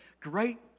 great